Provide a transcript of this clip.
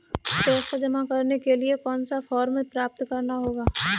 पैसा जमा करने के लिए कौन सा फॉर्म प्राप्त करना होगा?